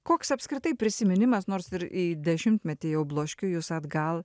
koks apskritai prisiminimas nors ir į dešimtmetį jau bloškiu jus atgal